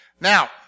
Now